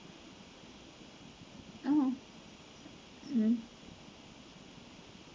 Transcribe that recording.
mm mm